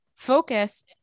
Focus